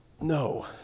No